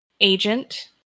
agent